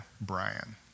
Brian